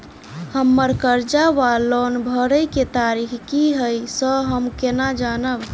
हम्मर कर्जा वा लोन भरय केँ तारीख की हय सँ हम केना जानब?